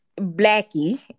Blackie